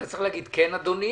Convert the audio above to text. אתה צריך להגיד כן אדוני,